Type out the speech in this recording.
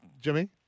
Jimmy